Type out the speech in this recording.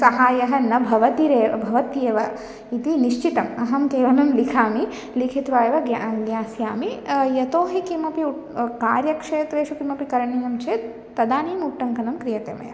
सहायः न भवतिरेव भवत्येव इति निश्चितम् अहं केवलं लिखामि लिखित्वा एव ग्या ज्ञास्यामि यतो हि किमपि उ कार्यक्षेत्रेषु किमपि करणीयं चेत् तदानिम् उट्टङ्कनं क्रियते मया